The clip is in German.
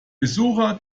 besucher